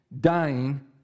dying